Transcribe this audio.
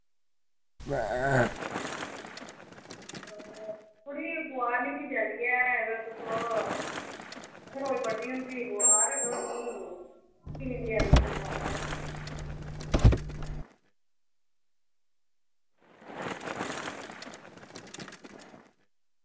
थुआढ़ी अखबार निं पुज्जा दी ऐ ओह् असें रोज़ पढ़नी होंदी अखबार ओह् नी कीऽ निं देआ दे तुस अखबार